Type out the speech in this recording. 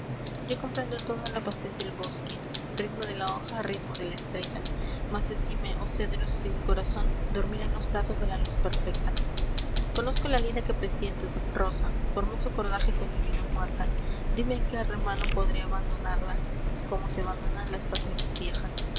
yo comprendo toda la pasión del bosque ritmo de la hoja ritmo de la estrella mas decidme oh cedros si mi corazón dormirá en los brazos de la luz perfecta conozco la lira que presientes rosa formé su cordaje con mi vida muerta dime en qué remanso podré abandonarla como se abandonan las pasiones viejas